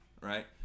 right